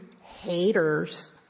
haters